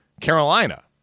Carolina